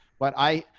but i,